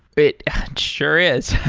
it sure is.